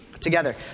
together